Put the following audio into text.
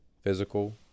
physical